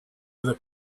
other